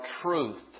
truth